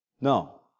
No